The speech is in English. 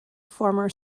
former